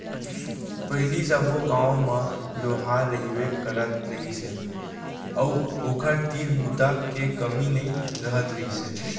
पहिली सब्बो गाँव म लोहार रहिबे करत रहिस हे अउ ओखर तीर बूता के कमी नइ रहत रहिस हे